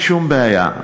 אין שום בעיה,